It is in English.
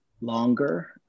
longer